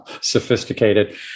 sophisticated